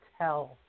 tell